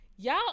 Y'all